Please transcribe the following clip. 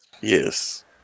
Yes